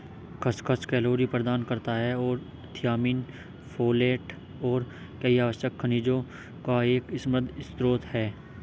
खसखस कैलोरी प्रदान करता है और थियामिन, फोलेट और कई आवश्यक खनिजों का एक समृद्ध स्रोत है